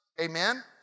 Amen